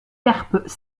carpes